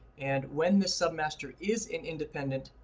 and when the submaster is in independent,